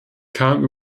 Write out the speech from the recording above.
kam